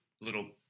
little